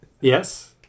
Yes